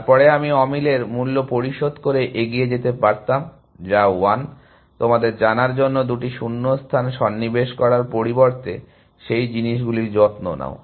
তারপরে আমি অমিলের মূল্য পরিশোধ করে এগিয়ে যেতে পারতাম যা 1 তোমাদের জানার জন্য দুটি শূন্যস্থান সন্নিবেশ করার পরিবর্তে সেই জিনিসগুলির যত্ন নাও